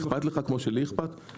אכפת לך כמו שאכפת לי,